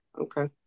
okay